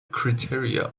criteria